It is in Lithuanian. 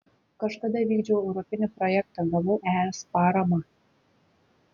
kažkada vykdžiau europinį projektą gavau es paramą